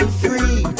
free